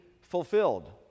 fulfilled